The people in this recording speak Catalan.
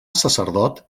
sacerdot